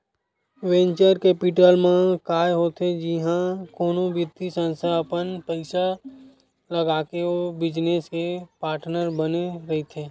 venture capital म काय होथे जिहाँ कोनो बित्तीय संस्था अपन पइसा लगाके ओ बिजनेस के पार्टनर बने रहिथे